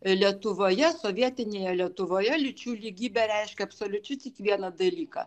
lietuvoje sovietinėje lietuvoje lyčių lygybė reiškė absoliučiai tik vieną dalyką